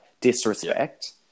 disrespect